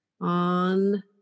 on